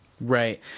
right